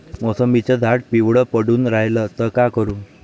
मोसंबीचं झाड पिवळं पडून रायलं त का करू?